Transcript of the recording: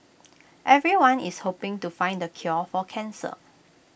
everyone is hoping to find the cure for cancer